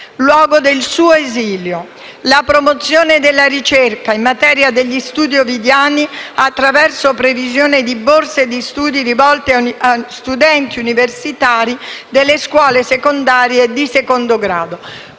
luogo del suo esilio; la promozione della ricerca in materia di studi ovidiani, attraverso la previsione di borse di studio rivolte a studenti universitari e delle scuole secondarie di secondo grado.